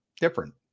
different